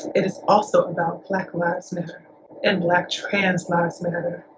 it is also about black lives matter and black trans lives matter.